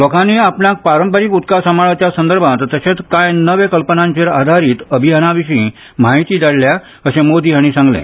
लोकानी आपणाक पारंपारिक उदका सांबाळाच्या संदर्भांत तशेंच काय नवे कल्पनांचेर आधारीत अभियानाविशी म्हायती धाडल्या अशें मोदी हाणी सांगले